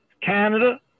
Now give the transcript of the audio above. Canada